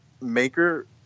maker